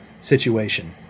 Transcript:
situation